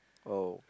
oh